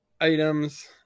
items